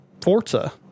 Forza